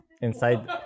inside